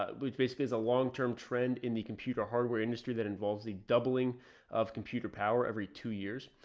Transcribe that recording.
ah which basically is a long-term trend in the computer hardware industry that involves the doubling of computer power. every two years,